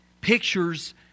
pictures